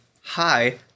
hi